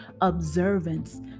observance